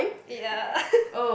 ya